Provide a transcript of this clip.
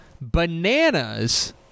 bananas